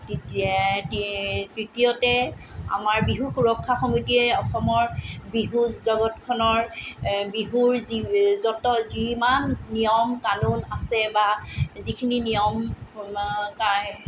তৃতীয়তে আমাৰ বিহু সুৰক্ষা সমিতিয়ে অসমৰ বিহু জগতখনৰ বিহুৰ যি যত যিমান নিয়ম কানুন আছে বা যিখিনি নিয়ম